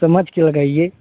समझ के लगाइए